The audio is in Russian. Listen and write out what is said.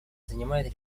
занимает